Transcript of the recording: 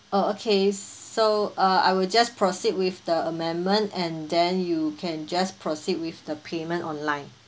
oh okay so uh I will just proceed with the amendment and then you can just proceed with the payment online